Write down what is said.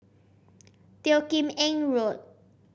Teo Kim Eng Road